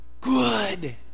good